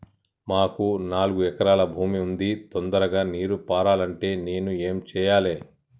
మాకు నాలుగు ఎకరాల భూమి ఉంది, తొందరగా నీరు పారాలంటే నేను ఏం చెయ్యాలే?